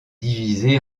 divisée